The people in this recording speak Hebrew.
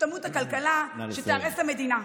שתמות הכלכלה, שתיהרס המדינה.